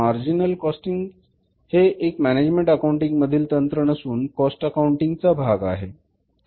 marginal costing हे एक management accounting मधील तंत्र नसून कॉस्ट अकाउंटिंग चा भाग आहे